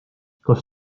kas